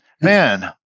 man